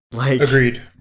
Agreed